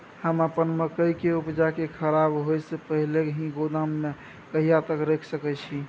हम अपन मकई के उपजा के खराब होय से पहिले ही गोदाम में कहिया तक रख सके छी?